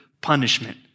punishment